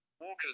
Walker's